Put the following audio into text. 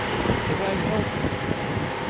how could i help it, joan?